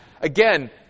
again